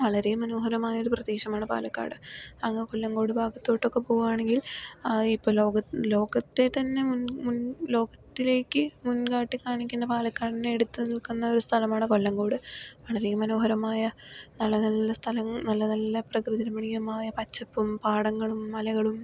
വളരെ മനോഹരമായ ഒരു പ്രദേശമാണ് പാലക്കാട് അങ്ങ് കൊല്ലങ്കോട് ഭാഗത്തോട്ടൊക്കെ പോകുകയാണെങ്കിൽ ഇപ്പോൾ ലോകത്ത് ലോകത്തെതന്നെ മുൻ മുൻ ലോകത്തിലേക്ക് മുൻകാട്ടി കാണിക്കുന്ന പാലക്കാടിനെ എടുത്ത് നിൽക്കുന്നൊരു സ്ഥലമാണ് കൊല്ലങ്കോട് വളരെ മനോഹരമായ നല്ല നല്ല സ്ഥലങ്ങൾ നല്ല നല്ല പ്രകൃതി രമണീയമായ പച്ചപ്പും പാടങ്ങളും മലകളും